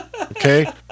okay